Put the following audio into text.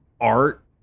art